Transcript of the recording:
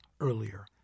earlier